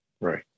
Right